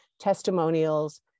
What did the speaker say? testimonials